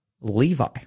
Levi